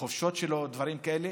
לחופשות שלו או דברים כאלה,